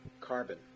carbon